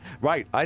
right